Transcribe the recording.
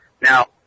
Now